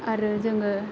आरो जोङो